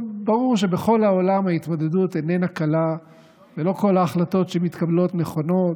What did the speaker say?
ברור שבכל העולם ההתמודדות איננה קלה ולא כל ההחלטות שמתקבלות נכונות,